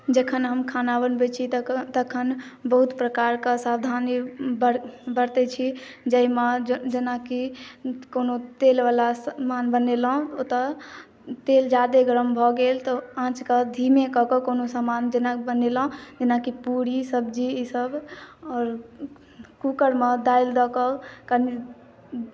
जखन हम खाना बनबै छी तखन बहुत प्रकार के सावधानी बरतै छी जाहिमे जेनाकी कोनो तेल वला समान बनेलहुॅं ओतए तेल जादे गरम भऽ गेल तऽ आँच कऽ धीमे कऽ कऽ कोनो समान जेना बनेलहुॅं जेनाकी पूरी सब्जी ईसब आओर कुकर मे दालि दऽ कऽ कनी